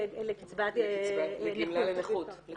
לגמלה --- גימלה לנכות נפשית.